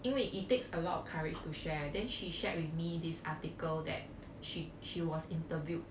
因为 it takes a lot of courage to share then she shared with me this article that she she was interviewed